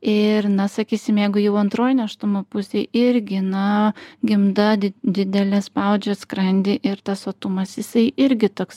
ir na sakysim jeigu jau antroj nėštumo pusėj irgi na gimda didelė spaudžia skrandį ir tas sotumas jisai irgi toks